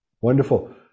Wonderful